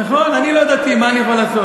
נכון, אני לא דתי, מה אני יכול לעשות?